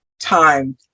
time